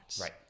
Right